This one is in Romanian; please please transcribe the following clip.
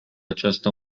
această